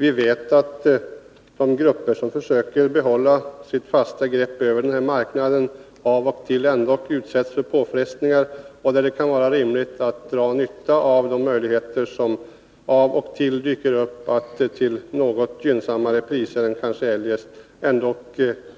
Vi vet att de grupper som försöker behålla sitt fasta grepp över denna marknad av och till ändå utsätts för påfrestningar, och det kan vara rimligt att dra nytta av de möjligheter som då och då dyker upp att till något gynnsammare priser än eljest